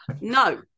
no